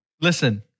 Listen